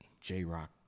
J-Rock